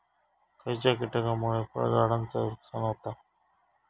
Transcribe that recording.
खयच्या किटकांमुळे फळझाडांचा नुकसान होता?